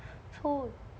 so